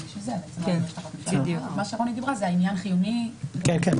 אבל בשביל זה --- מה שרוני דיברה זה עניין חיוני וביטחון.